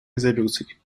резолюций